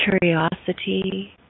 curiosity